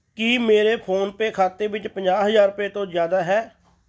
ਕੀ ਮੇਰੇ ਫੋਨਪੇ ਖਾਤੇ ਵਿੱਚ ਪੰਜਾਹ ਹਜ਼ਾਰ ਰੁਪਏ ਤੋਂ ਜ਼ਿਆਦਾ ਹੈ